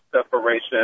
separation